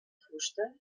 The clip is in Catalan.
fusta